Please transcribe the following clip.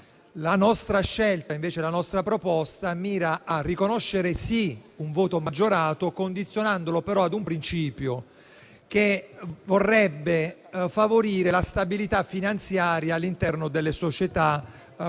delle condizioni, la nostra proposta mira a riconoscere sì un voto maggiorato, condizionandolo però ad un principio che vorrebbe favorire la stabilità finanziaria all'interno delle società quotate.